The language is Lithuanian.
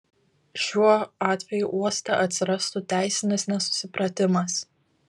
šiuo atveju uoste atsirastų teisinis nesusipratimas